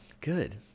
good